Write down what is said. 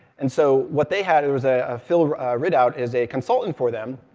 and so, what they had and was ah ah phil ridout is a consultant for them,